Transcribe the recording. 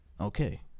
Okay